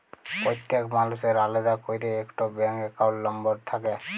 প্যত্তেক মালুসের আলেদা ক্যইরে ইকট ব্যাংক একাউল্ট লম্বর থ্যাকে